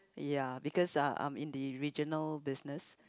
ya because uh I'm in the regional business